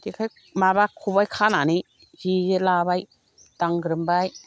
जेखाइ माबा खबाइ खानानै जे लाबाय दांग्रोमबाय